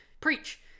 Preach